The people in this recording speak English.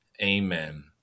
Amen